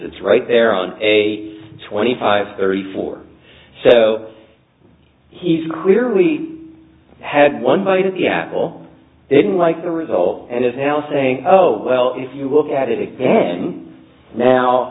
it's right there on a twenty five thirty four so he's clearly had one bite of the apple didn't like the result and is now saying oh well if you look at it again now